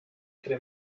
tre